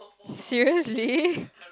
seriously